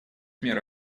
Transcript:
мера